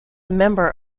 member